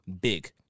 Big